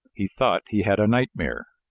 he thought he had a nightmare.